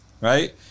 right